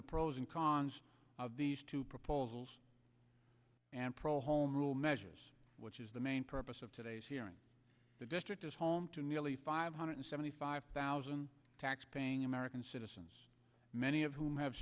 the pros and cons of these two proposals and pro home rule measures which is the main purpose of today's hearing the district is home to nearly five hundred seventy five thousand taxpaying american citizens many of whom have